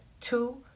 two